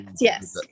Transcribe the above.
yes